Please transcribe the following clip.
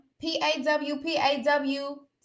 P-A-W-P-A-W